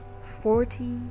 forty